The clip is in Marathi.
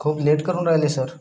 खूप लेट करून राहिले सर